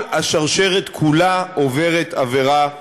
כל השרשרת כולה עוברת עבירה פלילית,